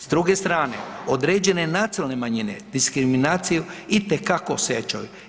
S druge strane određene nacionalne manjine diskriminaciju itekako osjećaju.